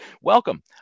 Welcome